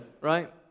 right